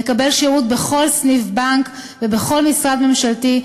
לקבל שירות בכל סניף בנק ובכל משרד ממשלתי,